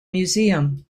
museum